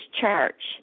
Church